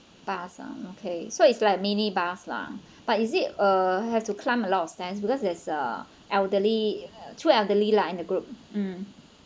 bus ah okay so it's like mini bus lah but is it uh have to climb a lot of stair because there's uh elderly two elderly lah in the group mm